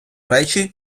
речі